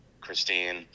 Christine